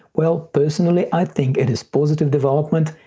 well personally i think it is positive development,